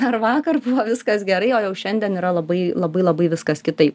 ar vakar buvo viskas gerai o jau šiandien yra labai labai labai viskas kitaip